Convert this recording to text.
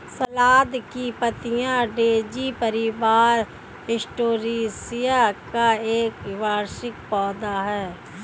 सलाद की पत्तियाँ डेज़ी परिवार, एस्टेरेसिया का एक वार्षिक पौधा है